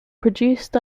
produced